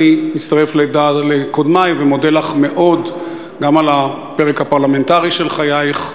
אני מצטרף לקודמי ומודה לך מאוד גם על הפרק הפרלמנטרי של חייך,